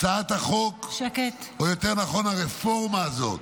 הצעת החוק, או יותר נכון הרפורמה הזאת,